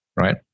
right